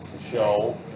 show